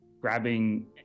grabbing